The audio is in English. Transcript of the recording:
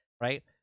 right